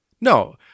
No